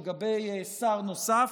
לגבי שר נוסף,